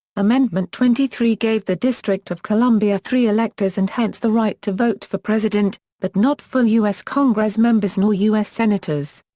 amendment twenty three gave the district of columbia three electors and hence the right to vote for president, but not full u s. congressmembers nor u s. senators.